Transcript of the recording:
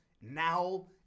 now